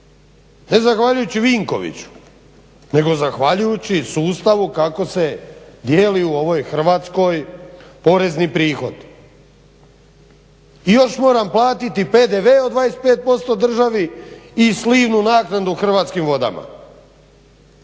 Ne zahvaljujući Vinkoviću nego zahvaljujući sustavu kako se dijeli u ovoj Hrvatskoj porezni prihod. I još moram platiti PDV od 25% državi i slivnu naknadu Hrvatskim vodama.